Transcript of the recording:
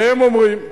והם אומרים,